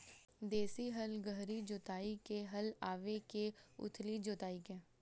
देशी हल गहरी जोताई के हल आवे के उथली जोताई के?